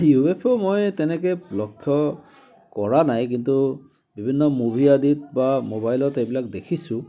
U F O মই তেনেকে লক্ষ্য কৰা নাই কিন্তু বিভিন্ন মুভী আদিত বা ম'বাইলত এইবিলাক দেখিছো